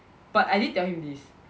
but I did tell him this